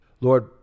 Lord